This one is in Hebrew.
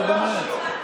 נו, באמת.